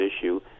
issue